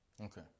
Okay